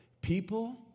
People